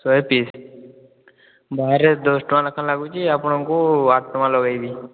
ଶହେ ପିସ୍ ବାହାରେ ଦଶ ଟଙ୍କା ଲେଖା ଲାଗୁଛି ଆପଣଙ୍କୁ ଆଠ ଟଙ୍କା ଲଗାଇବି